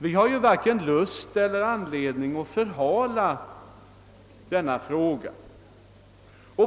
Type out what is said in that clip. Vi har varken lust eller anledning att förhala lösningen av denna fråga.